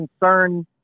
concern